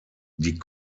die